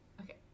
Okay